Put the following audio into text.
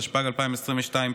התשפ"ג 2022,